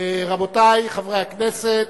רבותי חברי הכנסת,